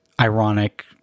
Ironic